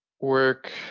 work